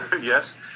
Yes